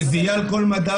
זה יהיה על כל מדף,